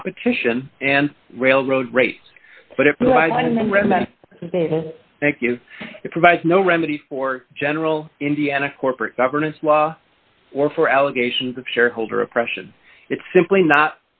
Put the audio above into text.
competition and railroad rates but it will take you to provide no remedy for general indiana corporate governance law or for allegations of shareholder oppression it's simply not